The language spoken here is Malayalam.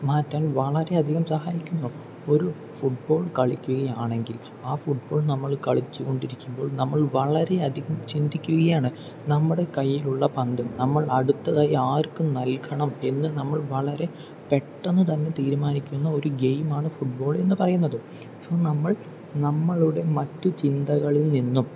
മാറ്റാൻ വളരെയധികം സഹായിക്കുന്നു ഒരു ഫുട്ബോൾ കളിക്കുകയാണെങ്കിൽ ആ ഫുട്ബോൾ നമ്മൾ കളിച്ച് കൊണ്ടിരിക്കുമ്പോൾ നമ്മൾ വളരെയധികം ചിന്തിക്കുകയാണ് നമ്മുടെ കയ്യിലുള്ള പന്തും നമ്മൾ അടുത്തതായി ആർക്ക് നൽകണം എന്ന് നമ്മൾ വളരെ പെട്ടന്ന് തന്നെ തീരുമാനിക്കുന്ന ഒരു ഗെയിമാണ് ഫുട്ബോൾ എന്ന് പറയുന്നത് സോ നമ്മൾ നമ്മളുടെ മറ്റ് ചിന്തകളിൽ നിന്നും